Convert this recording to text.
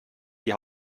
die